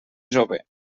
jove